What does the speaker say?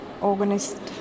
organist